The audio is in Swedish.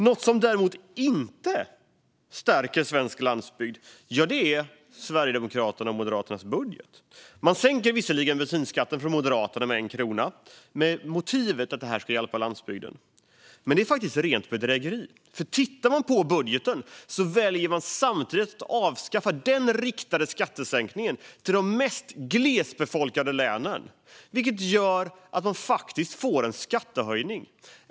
Något som däremot inte stärker svensk landsbygd är Sverigedemokraternas och Moderaternas budget. Moderaterna sänker visserligen bensinskatten med 1 krona med motivet att detta ska hjälpa landsbygden. Men det är faktiskt rent bedrägeri. Om man tittar på budgeten väljer de samtidigt att avskaffa den riktade skattesänkningen till de mest glesbefolkade länen, vilket gör att det faktiskt blir en skattehöjning.